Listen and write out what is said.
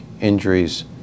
injuries